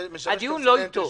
הדיון לא אתו,